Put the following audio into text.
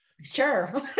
Sure